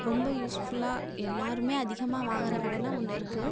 ரொம்ப யூஸ்ஃபுல்லாக எல்லாருமே அதிகமாக வாங்குற கடனாக ஒன்று இருக்குது